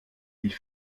die